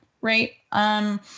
right